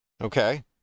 okay